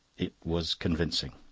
it was convincing.